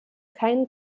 keinen